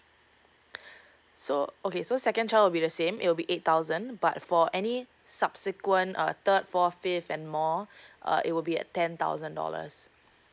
so okay so second child will be the same it will be eight thousand but for any subsequent uh third fourth fifth and more uh it will be at ten thousand dollars